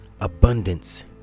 abundance